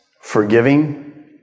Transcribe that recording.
Forgiving